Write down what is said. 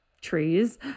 trees